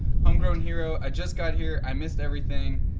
homegrownhero. i just got here. i missed everything.